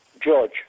George